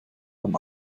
beim